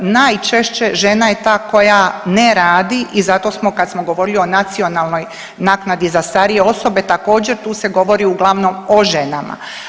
Najčešće žena je ta koja ne radi i zato smo kad smo govorili o nacionalnoj naknadi za starije osobe, također, tu se govori uglavnom o ženama.